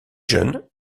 jeune